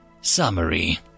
Summary